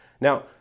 Now